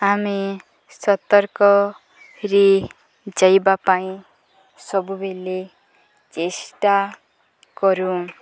ଆମେ ସତର୍କରେ ଯାଇବା ପାଇଁ ସବୁବେଳେ ଚେଷ୍ଟା କରୁ